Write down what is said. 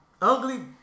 ugly